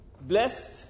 blessed